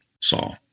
saw